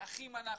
אחים אנחנו